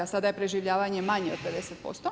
Sada je preživljavanje manje od 50%